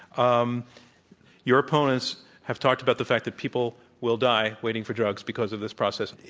um your opponents have talked about the fact that people will die waiting for drugs because of this process.